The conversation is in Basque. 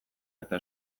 eta